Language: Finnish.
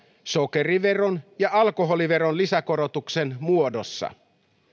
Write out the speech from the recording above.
sokeriveron ja alkoholiveron lisäkorotuksen muodossa